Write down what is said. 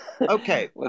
Okay